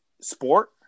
sport